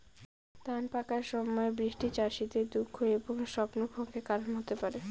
ধান পাকার সময় বৃষ্টি চাষীদের দুঃখ এবং স্বপ্নভঙ্গের কারণ হতে পারে